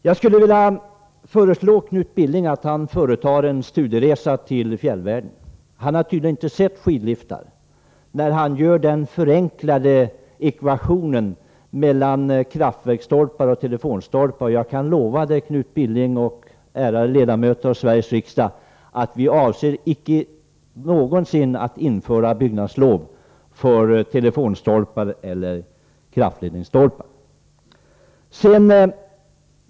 Jag skulle vilja föreslå Knut Billing att företa en studieresa till fjällvärlden. Han har tydligen inte sett skidliftar eftersom han försöker sig på den förenklade ekvationen med kraftverksstolpar och telefonstolpar. Jag kan lova Knut Billing och alla andra ärade ledamöter av Sveriges riksdag att vi inte någonsin avser att införa byggnadslov för telefonstolpar eller kraftledningsstolpar.